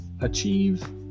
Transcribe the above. achieve